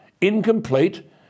incomplete